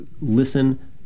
listen